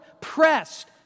pressed